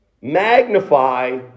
magnify